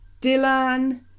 Dylan